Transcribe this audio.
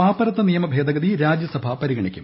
പാപ്പരത്തനിയമ ഭേദഗതി രാജ്യസഭ പരിഗണിക്കും